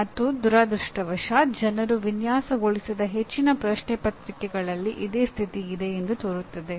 ಮತ್ತು ದುರದೃಷ್ಟವಶಾತ್ ಜನರು ವಿನ್ಯಾಸಗೊಳಿಸಿದ ಹೆಚ್ಚಿನ ಪ್ರಶ್ನೆ ಪತ್ರಿಕೆಗಳಲ್ಲಿ ಇದೇ ಸ್ಥಿತಿ ಇದೆ ಎಂದು ತೋರುತ್ತದೆ